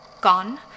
Gone